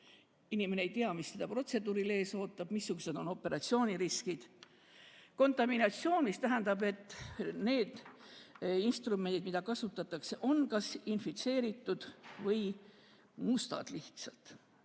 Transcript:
inimene ei tea, mis teda protseduuril ees ootab, missugused on operatsiooni riskid; kontaminatsioon, mis tähendab, et need instrumendid, mida kasutatakse, on kas infitseeritud või lihtsalt